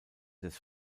des